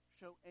show